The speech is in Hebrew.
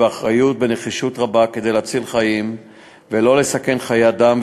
באחריות ובנחישות רבה כדי להציל חיים ולא לסכן חיי אדם,